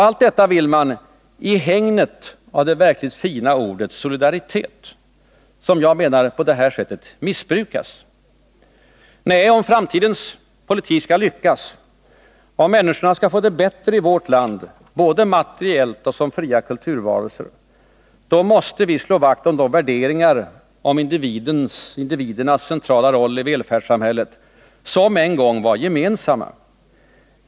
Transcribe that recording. Allt detta vill man i hägnet av det verkligt fina ordet solidaritet, som jag menar på det här sättet missbrukas. Nej, om framtidens politik skall lyckas, om människorna skall få det bättre i vårt land, både materiellt och som fria kulturvarelser, då måste vi slå vakt om de värderingar i fråga om individernas centrala roll i välfärdssamhället som en gång var gemensamma.